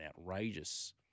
outrageous